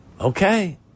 Okay